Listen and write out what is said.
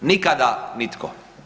Nikada nitko.